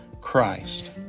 Christ